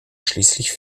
schließlich